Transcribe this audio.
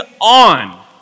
on